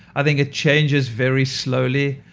i think it changes very slowly.